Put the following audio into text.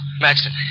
Maxton